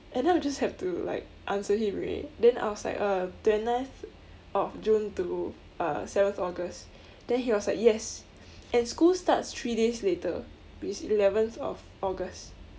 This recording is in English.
and then I'll just have to like answer him already then I was like uh twentieth of june to uh seventh august then he was like yes and school starts three days later which is eleventh of august